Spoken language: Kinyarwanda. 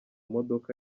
modoka